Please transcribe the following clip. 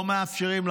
לא מאפשרים,